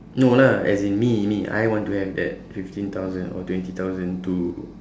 no lah as in me me I want to have that fifteen thousand or twenty thousand to